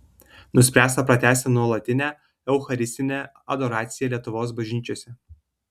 nuspręsta pratęsti nuolatinę eucharistinę adoraciją lietuvos bažnyčiose